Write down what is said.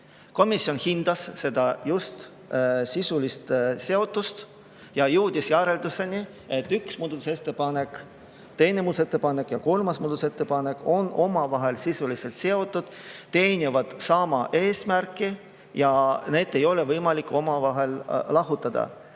Komisjon hindas seda, just nende sisulist seotust, ja jõudis järelduseni, et esimene muudatusettepanek, teine muudatusettepanek ja kolmas muudatusettepanek on omavahel sisuliselt seotud, teenivad sama eesmärki ja neid ei ole võimalik lahutada.